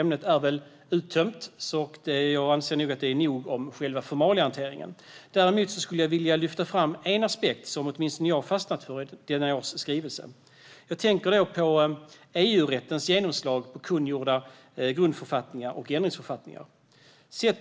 Ämnet är väl uttömt, så jag anser att det är nog om själva formaliahanteringen. Däremot skulle jag vilja lyfta fram en aspekt som åtminstone jag har fastnat för i detta års skrivelse. Jag tänker på EU-rättens genomslag på kungjorda grundförfattningar och ändringsförfattningar.